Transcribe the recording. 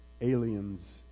aliens